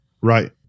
Right